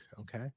Okay